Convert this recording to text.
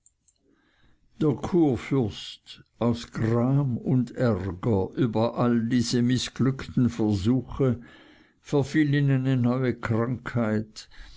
der kurfürst aus gram und ärger über alle diese mißglückten versuche verfiel in eine neue krankheit